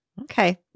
Okay